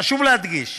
חשוב להדגיש